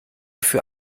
für